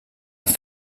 für